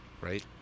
right